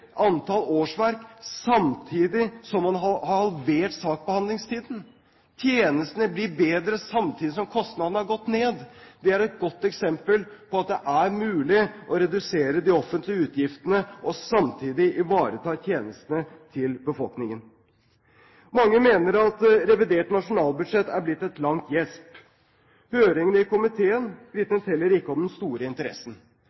antall årsverk samtidig som man har halvert saksbehandlingstiden. Tjenestene blir bedre samtidig som kostnadene har gått ned. Det er et godt eksempel på at det er mulig å redusere de offentlige utgiftene og samtidig ivareta tjenestene til befolkningen. Mange mener at revidert nasjonalbudsjett er blitt et langt gjesp. Høringene i komiteen